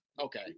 Okay